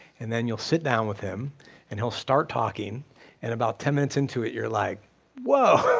and then you'll sit down with him and he'll start talking and about ten minutes in to it you're like whoa,